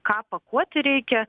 ką pakuoti reikia